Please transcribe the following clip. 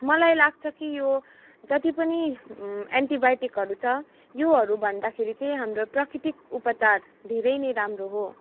मलाई लाग्छ कि यो जतिपनि एन्टिबायोटिकहरू छ योहरूभन्दाखेरि चाहिँ हाम्रो प्रकितिक उपचार धेरै नै राम्रो हो